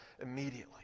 immediately